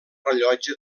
rellotge